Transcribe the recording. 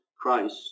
Christ